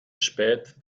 spät